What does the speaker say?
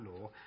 law